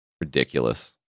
Ridiculous